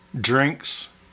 drinks